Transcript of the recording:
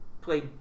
play